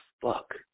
fuck